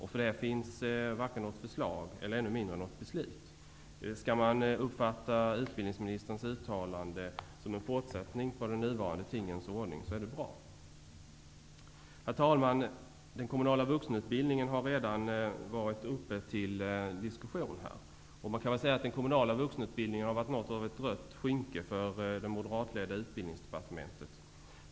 För det finns varken något förslag eller ännu mindre något beslut. Det är bra om man kan uppfatta utbildningsministerns uttalande som en fortsättning på nuvarande tingens ordning. Herr talman! Frågan om den kommunala vuxenutbildningen har redan varit uppe till diskussion. Den kommunala vuxenutbildningen har utgjort ett rött skynke för det moderatledda Utbildningsdepartementet.